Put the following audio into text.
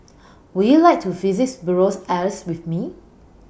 Would YOU like to visit Buenos Aires with Me